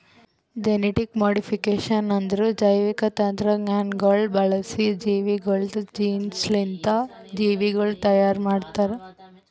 genetic modification ಅಂದುರ್ ಜೈವಿಕ ತಂತ್ರಜ್ಞಾನಗೊಳ್ ಬಳಸಿ ಜೀವಿಗೊಳ್ದು ಜೀನ್ಸ್ಲಿಂತ್ ಜೀವಿಗೊಳ್ ತೈಯಾರ್ ಮಾಡ್ತಾರ್